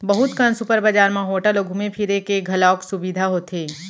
बहुत कन सुपर बजार म होटल अउ घूमे फिरे के घलौक सुबिधा होथे